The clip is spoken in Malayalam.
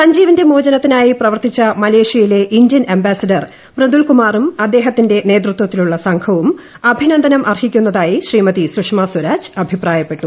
സൻജീവിന്റെ മോചനത്തിനായി പ്രവർത്തിച്ച മലേഷ്യയിലെ ഇന്ത്യൻ അംബാസിഡർ മൃദുൽ കുമാറും അദ്ദേഹത്തിന്റെ നേതൃത്വത്തിലുള്ള സംഘവും അഭിനന്ദനമർഹിക്കുന്നതായി ശ്രീമതി സുഷമ സ്വരാജ് അഭിപ്രായപ്പെട്ടു